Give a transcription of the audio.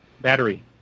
Battery